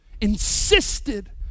insisted